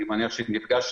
אני מניח שנפגשנו